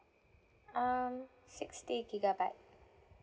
um sixty gigabyte